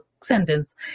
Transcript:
sentence